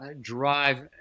drive